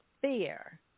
fear